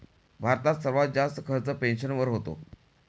भारतात सर्वात जास्त खर्च पेन्शनवर होतो